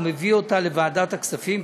הוא מביא אותן לוועדת הכספים,